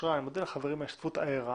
אין בקשת יושב-ראש